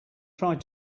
tried